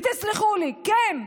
ותסלחו לי, כן,